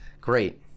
Great